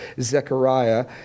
Zechariah